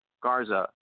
Garza